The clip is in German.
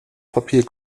papier